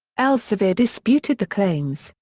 elsevier disputed the claims,